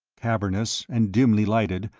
cavernous and dimly lighted,